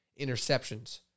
interceptions